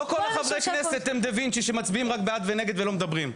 לא כל חברי הכנסת הם דה וינצ'י שמצביעים רק בעד ונגד ולא מדברים.